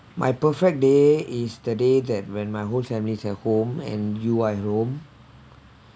my perfect day is the day that when my whole families at home and you I roam